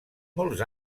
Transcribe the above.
molts